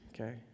Okay